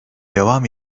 devam